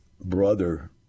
brother